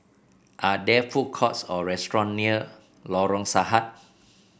are there food courts or restaurant near Lorong Sarhad